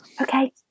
Okay